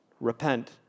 repent